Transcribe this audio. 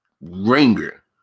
ringer